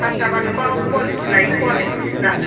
pass number नोंबा quality लायै कवालिटिसो दा